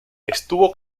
estuvo